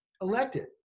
elected